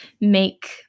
make